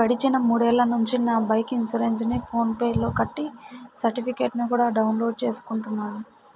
గడిచిన మూడేళ్ళ నుంచి నా బైకు ఇన్సురెన్సుని ఫోన్ పే లో కట్టి సర్టిఫికెట్టుని కూడా డౌన్ లోడు చేసుకుంటున్నాను